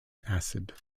acid